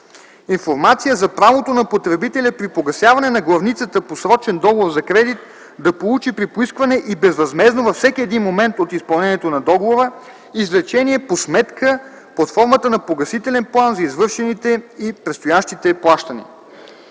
информация за правото на потребителя при погасяване на главницата по срочен договор за кредит да получи при поискване и безвъзмездно във всеки един момент от изпълнението на договора извлечение по сметка под формата на погасителен план за извършените и предстоящите плащания;